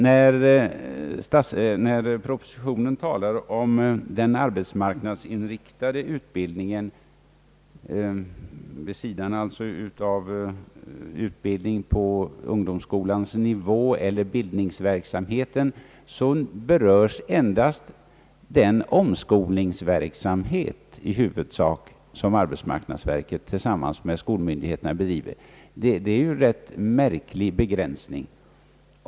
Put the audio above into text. När propositionen talar om den arbetsmarknadsinriktade utbildningen vid sidan av utbildningen på ungdomsskolans nivå eller bildningsverksamheten, berörs i huvudsak endast den omskolningsverksamhet som arbetsmarknadsverket tillsammans med skolmyndigheterna bedriver. Det är en rätt märklig begränsning.